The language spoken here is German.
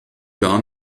gar